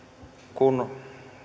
kun